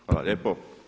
Hvala lijepo.